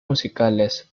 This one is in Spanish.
musicales